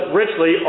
richly